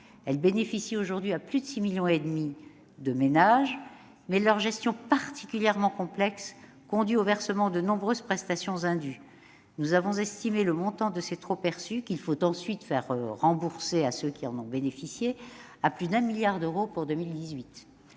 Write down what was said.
bénéficient aujourd'hui à 6,6 millions de ménages, mais leur gestion particulièrement complexe conduit au versement de nombreuses prestations indues. Nous avons estimé le montant de ces « trop-perçus »- il faut ensuite les faire rembourser à ceux qui en ont bénéficié -à plus d'un milliard d'euros pour 2018.